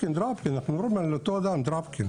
דרפקין, אנחנו מדברים על אותו אדם, דרפקין.